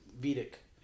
Vedic